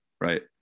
Right